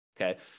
okay